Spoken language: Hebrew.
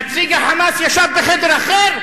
נציג ה"חמאס" ישב בחדר אחר,